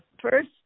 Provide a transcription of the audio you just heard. First